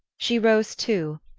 she rose too,